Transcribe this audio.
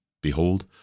behold